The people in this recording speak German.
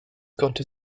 konnte